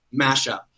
mashup